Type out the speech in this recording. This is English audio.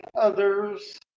others